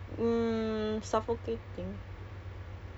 you lacking the human interaction